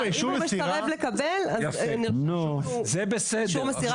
אם הוא מסרב לקבל, זה אישור מסירה כדין.